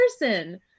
person